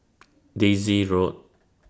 Daisy Road